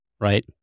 right